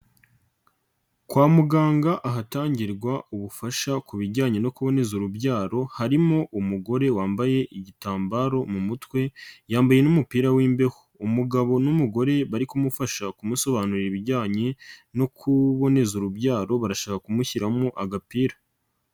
Kwa muganga ahatangirwa ubufasha ku bijyanye no kuboneza urubyaro harimo umugore wambaye igitambaro mu mutwe, yambaye n'umupira w'imbeho, umugabo n'umugore bari kumufasha kumusobanurira ibijyanye no kuboneza urubyaro barashaka kumushyiramo agapira.